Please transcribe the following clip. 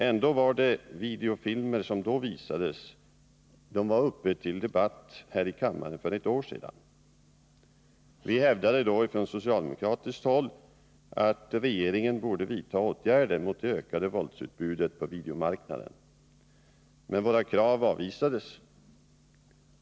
Ändå var de videofilmer som då visades uppe till debatt här i kammaren för ett år sedan. Vi hävdade då från socialdemokratiskt håll att regeringen borde vidta åtgärder mot det ökade våldsutbudet på videomarknaden. Men våra krav avvisades.